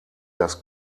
das